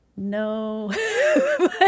no